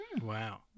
wow